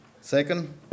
second